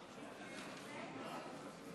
ההצבעה: